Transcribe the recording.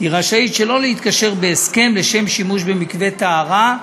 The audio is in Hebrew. רשאית שלא להתקשר בהסכם לשם שימוש במקווה טהרה.